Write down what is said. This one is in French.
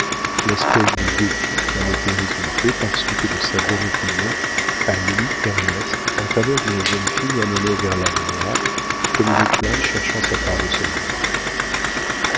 l'espèce de défi qui en était résulté par suite de sa bonne opinion à lui ernest en faveur d'une jeune fille amenée vers la gloire comme une plante cherchant sa part de soleil